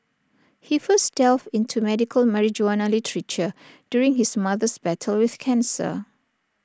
he first delved into medical marijuana literature during his mother's battle with cancer